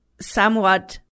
somewhat